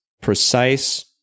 precise